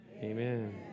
amen